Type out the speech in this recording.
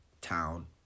town